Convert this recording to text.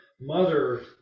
mother